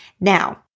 Now